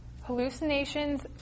Hallucinations